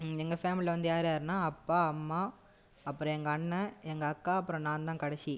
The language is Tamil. எங்கள் ஃபேமிலியில் வந்து யார் யாருன்னா அப்பா அம்மா அப்புறம் எங்கள் அண்ணண் எங்கள் அக்கா அப்புறம் நான் தான் கடைசி